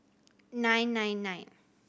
nine nine nine